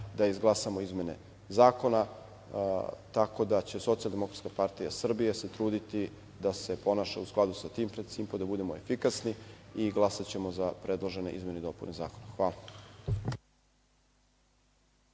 da izglasamo izmene zakona, tako da će Socijaldemokratska partija Srbije se truditi da se ponaša u skladu sa tim principima, da budemo efikasni, i glasaćemo za predložene izmene i dopune Zakona. Hvala.